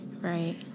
Right